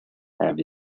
have